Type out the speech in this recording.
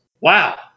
wow